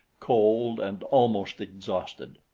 cold and almost exhausted.